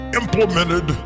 implemented